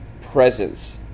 presence